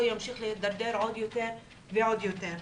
ימשיך להידרדר עוד יותר ועוד יותר.